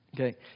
Okay